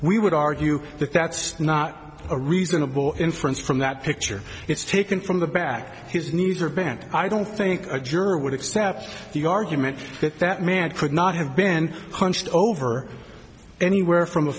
we would argue that that's not a reasonable inference from that picture it's taken from the back his knees are bent i don't think a jury would accept the argument that that man could not have been hunched over anywhere from a